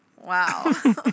Wow